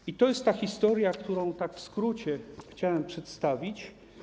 I to jest ta historia, którą w skrócie chciałem przedstawić.